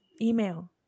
Email